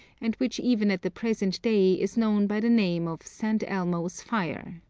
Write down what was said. and which even at the present day is known by the name of st. elmo's fire.